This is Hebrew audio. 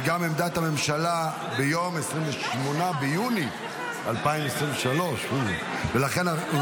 וגם עמדת הממשלה מיום 28 ביוני 2023. לכן אנחנו